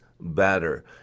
better